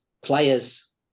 players